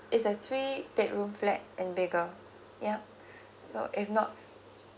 it's a three bedroom flat and bigger yup so if not